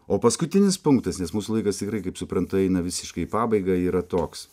o paskutinis punktas nes mūsų laikas tikrai kaip suprantu eina visiškai į pabaigą yra toks